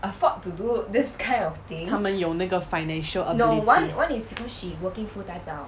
他们有那个 financial ability